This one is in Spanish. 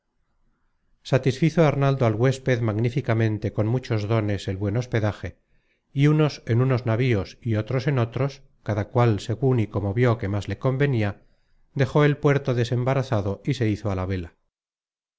satisfizo arnaldo al huésped magníficamente con muchos dones el buen hospedaje y unos en unos navíos y otros en otros cada cual segun y como vió que más le convenia dejó el puerto desembarazado y se hizo á la vela